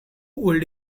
would